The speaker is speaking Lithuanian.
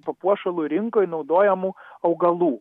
papuošalų rinkoje naudojamų augalų